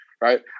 right